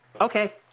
Okay